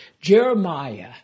Jeremiah